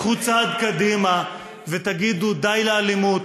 קחו צעד קדימה ותגידו: די לאלימות.